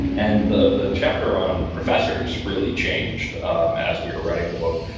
and the the chapter on professors really changed um as we were writing the book,